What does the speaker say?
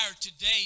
today